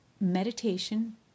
Meditation